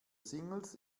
singles